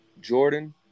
Jordan